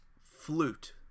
Flute